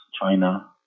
China